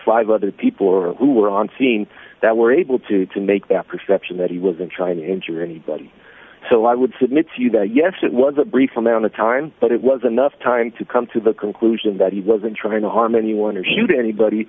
five other people who were on scene that were able to to make that perception that he was in trying to injure anybody so i would submit to you that yes it was a brief amount of time but it was enough time to come to the conclusion that he wasn't trying to harm anyone or shoot anybody